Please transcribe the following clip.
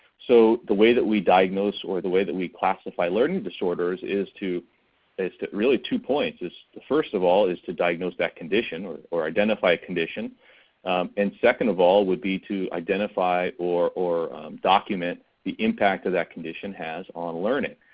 so the way that we diagnose or the way that we classify learning disorders is to is to really two points. first of all is to diagnose that condition or or identify a condition and second of all would be to identify or or document the impact of that condition has on learning.